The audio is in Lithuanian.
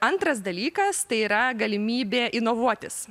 antras dalykas tai yra galimybė inovuotis